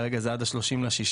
כרגע זה עד ה-30 ליוני.